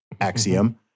axiom